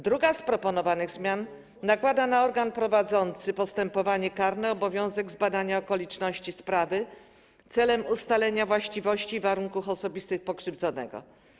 Druga z proponowanych zmian nakłada na organ prowadzący postępowanie karne obowiązek zbadania okoliczności sprawy celem ustalenia właściwości warunków osobistych pokrzywdzonego.